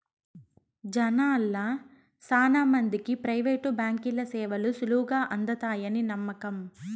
జనాల్ల శానా మందికి ప్రైవేటు బాంకీల సేవలు సులువుగా అందతాయని నమ్మకం